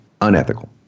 Unethical